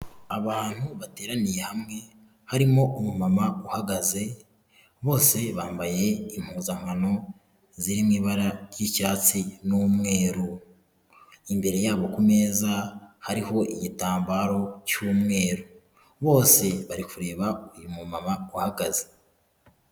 Abantu bateraniye hamwe harimo umumama uhagaze, bose bambaye impuzankano ziri mu ibara ry'icyatsi n'umweru. Imbere yabo kumeza hariho igitambaro cy'umweru. Bose bari kureba uyu mumama uhagaze.